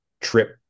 trip